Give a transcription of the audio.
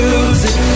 Music